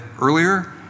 earlier